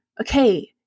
okay